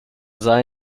sei